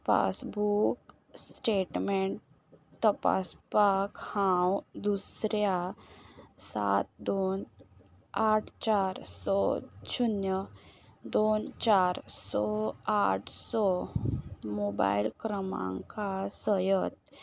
passbook statement तपासपाक हांव दुसऱ्या सात दोन आठ चार स शुन्य दोन चार स आठ स मोबायल क्रमांका सयत